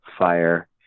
fire